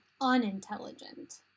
unintelligent